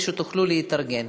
כדי שתוכלו להתארגן.